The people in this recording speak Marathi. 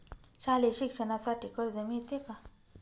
शालेय शिक्षणासाठी कर्ज मिळते का?